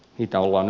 päätöksiä